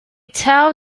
tell